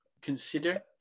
consider